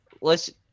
Let's-